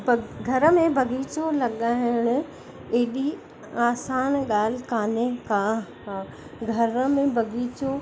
bug घर में बाग़ीचो लॻाइणु एॾी आसान ॻाल्हि कोन्हे का घर में बाग़ीचो